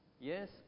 Yes